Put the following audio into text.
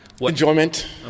enjoyment